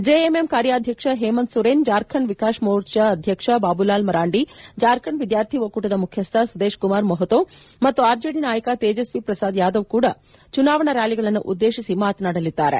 JMM ಕಾರ್ಯಾಧ್ಯಕ್ಷ ಹೇಮಂತ್ ಸೊರೇನ್ ಜಾರ್ಖಂಡ್ ವಿಕಾಸ್ ಮೋರ್ಚಾ ಅಧ್ಯಕ್ಷ ಬಾಬುಲಾಲ್ ಮರಾಂಡಿ ಜಾರ್ಖಂಡ್ ವಿದ್ಯಾರ್ಥಿ ಒಕ್ಕೂಟದ ಮುಖ್ಯಸ್ಥ ಸುದೇಶ್ ಕುಮಾರ್ ಮೊಹೊ ಮತ್ತು ಆರ್ಜೆಡಿ ನಾಯಕ ತೇಜಸ್ಸಿ ಪ್ರಸಾದ್ ಯಾದವ್ ಕೂಡ ಚುನಾವಣಾ ರ್ನಾಲಿಗಳನ್ನು ಉದ್ದೇಶಿಸಿ ಮಾತನಾಡಲಿದ್ದಾರೆ